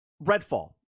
Redfall